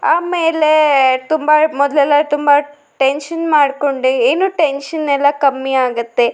ಆಮೇಲೆ ತುಂಬ ಮೊದಲೆಲ್ಲ ತುಂಬ ಟೆನ್ಶನ್ ಮಾಡಿಕೊಂಡೆ ಏನು ಟೆನ್ಶನ್ ಎಲ್ಲ ಕಮ್ಮಿ ಆಗುತ್ತೆ